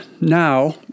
now